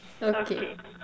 okay